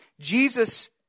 Jesus